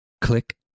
Click